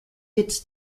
its